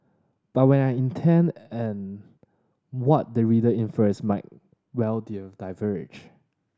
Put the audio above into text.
but when I intend and what the reader infers might well diverge